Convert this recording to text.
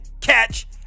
catch